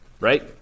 right